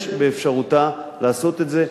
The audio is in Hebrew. יש באפשרותה לעשות את זה.